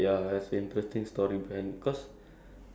um